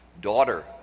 Daughter